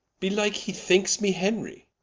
belike he thinkes me henry.